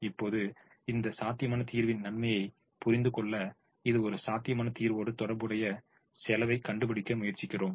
இப்போது இந்த சாத்தியமான தீர்வின் நன்மையைப் புரிந்துகொள்ள இது ஒரு சாத்தியமான தீர்வோடு தொடர்புடைய செலவைக் கண்டுபிடிக்க முயற்சிக்கிறோம்